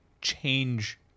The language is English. change